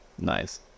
nice